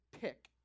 Pick